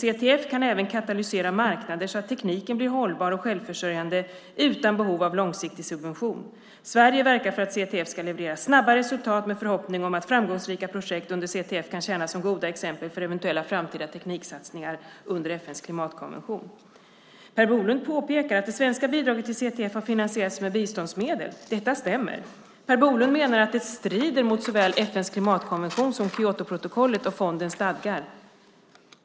CTF kan även katalysera marknader så att tekniken blir hållbar och självförsörjande utan behov av långsiktig subvention. Sverige verkar för att CTF ska leverera snabba resultat med förhoppning om att framgångsrika program under CTF kan tjäna som goda exempel för eventuella framtida tekniksatsningar under FN:s klimatkonvention. Per Bolund påpekar att det svenska bidraget till CTF har finansierats med biståndsmedel. Detta stämmer. Per Bolund menar att det strider mot såväl FN:s klimatkonvention som Kyotoprotokollet och fondens stadgar.